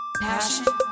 Passion